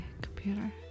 computer